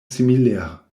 similaires